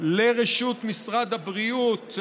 לרשות משרד הבריאות,